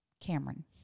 Cameron